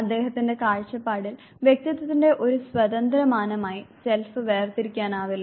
അദ്ദേഹത്തിന്റെ കാഴ്ചപ്പാടിൽ വ്യക്തിത്വത്തിന്റെ ഒരു സ്വതന്ത്ര മാനമായി സെൽഫ് വേർതിരിക്കാനാവില്ല